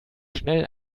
schnell